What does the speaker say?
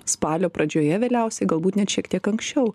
spalio pradžioje vėliausiai galbūt net šiek tiek anksčiau